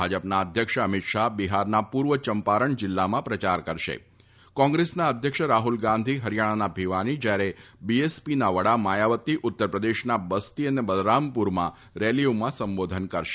ભાજપના અધ્યક્ષ અમીત શાફ બિફારના પૂર્વ ચંપારણ જિલ્લામાં પ્રચાર કરશે કોંગ્રેસના અધ્યક્ષ રાફુલ ગાંધી ફરીયાણાના ભીવાની જ્યારે બી એસ પી ના વડા માયાવતી ઉત્તરપ્રદેશના બસ્તી અને બલરામપુરમાં રેલીઓમાં સંબોધન કરશે